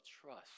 trust